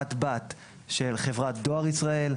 חברת בת של חברת דואר ישראל,